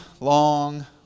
long